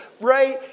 right